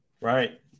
Right